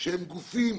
גם לגופים